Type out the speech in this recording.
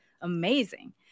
amazing